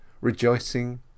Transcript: rejoicing